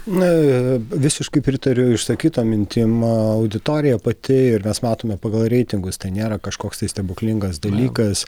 na visiškai pritariu išsakytom mintim auditorija pati ir mes matome pagal reitingus tai nėra kažkoks stebuklingas dalykas